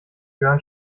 gehören